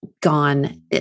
gone